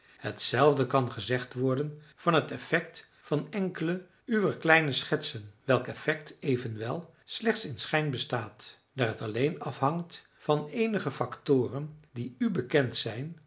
hetzelfde kan gezegd worden van het effect van enkele uwer kleine schetsen welk effect evenwel slechts in schijn bestaat daar het alleen afhangt van eenige factoren die u bekend zijn